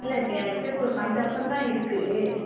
இல்லை இப்போ என் கிட்டே இப்போ ஒரு ஃபைவ் தௌசண்ட் தான் இருக்குது